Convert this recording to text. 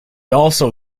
also